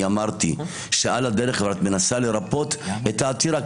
אני אמרתי שעל הדרך את מנסה לרפא את העתירה.